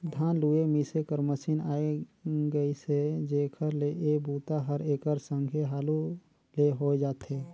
धान लूए मिसे कर मसीन आए गेइसे जेखर ले ए बूता हर एकर संघे हालू ले होए जाथे